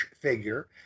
figure